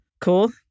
cool